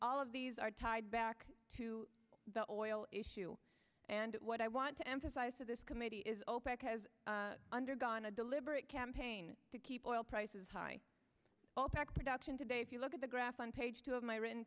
all of these are tied back to the oil issue and what i want to emphasize to this committee is opec has undergone a deliberate campaign to keep oil prices high opec production today if you look at the graph on page two of my written